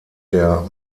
der